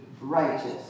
righteous